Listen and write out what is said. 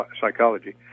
psychology